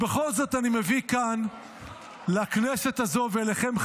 בכל זאת אני מביא כאן לכנסת הזו ואליכם,